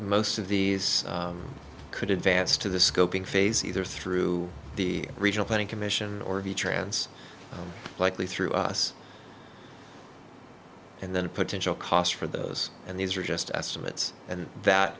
most of these could advance to the scoping phase either through the regional planning commission or via trans likely through us and then a potential cost for those and these are just estimates and that